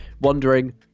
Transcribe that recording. wondering